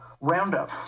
roundup